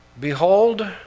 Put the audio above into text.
Behold